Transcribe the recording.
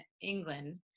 england